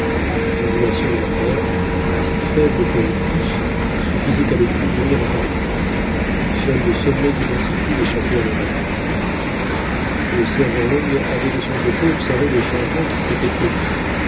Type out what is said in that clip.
les ondulations de la mer si faibles qu'elles fussent suffisaient à le couvrir en partie seul le sommet du monticule échappait à leur atteinte le sergent long avait de son côté observé les changements qui s'étaient produits